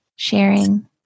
sharing